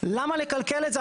למה לקלקל את זה?